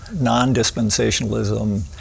Non-dispensationalism